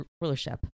rulership